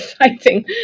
exciting